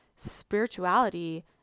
spirituality